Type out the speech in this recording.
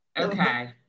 Okay